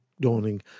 dawning